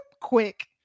quick